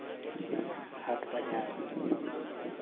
ᱦᱟᱴ ᱵᱟᱡᱟᱨ